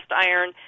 iron